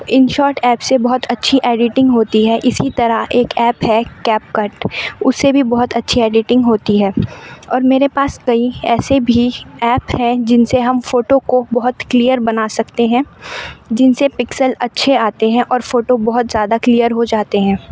InShot app سے بہت اچھی ایڈیٹنگ ہوتی ہے اسی طرح ایک ایپ ہے کیپ کٹ اس سے بھی بہت اچھی ایڈیٹنگ ہوتی ہے اور میرے پاس کئی ایسے بھی ایپ ہیں جن سے ہم فوٹو کو بہت کلیئر بنا سکتے ہیں جن سے پکسل اچھے آتے ہیں اور فوٹو بہت زیادہ کلیئر ہو جاتے ہیں